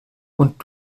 und